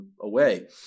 away